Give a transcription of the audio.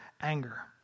anger